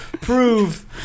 prove